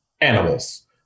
animals